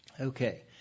Okay